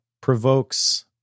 provokes